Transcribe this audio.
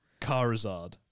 carizard